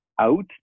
out